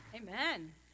Amen